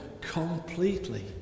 completely